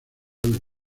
del